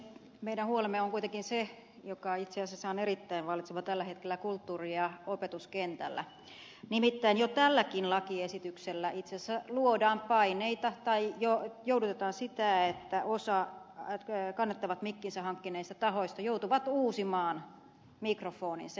meidän huolemme on kuitenkin se mikä itse asiassa on erittäin vallitseva tällä hetkellä kulttuuri ja opetuskentällä nimittäin jo tälläkin lakiesityksellä itse asiassa luodaan paineita tai joudutetaan sitä että osa kannettavat mikkinsä hankkineista tahoista joutuu uusimaan mikrofoninsa